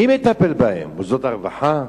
מי מטפל בהם, מוסדות הרווחה?